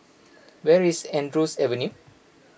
where is Andrews Avenue